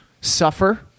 suffer